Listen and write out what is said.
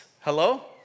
Hello